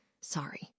Sorry